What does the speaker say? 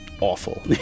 Awful